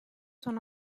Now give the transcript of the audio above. son